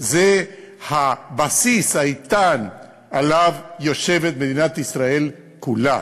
זה הבסיס האיתן שעליו יושבת מדינת ישראל כולה.